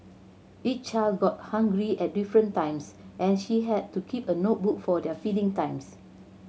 each child got hungry at different times and she had to keep a notebook for their feeding times